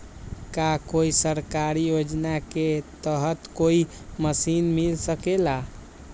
का कोई सरकारी योजना के तहत कोई मशीन मिल सकेला?